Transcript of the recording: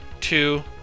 two